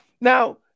Now